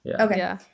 Okay